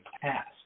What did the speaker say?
past